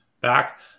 back